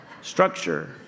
Structure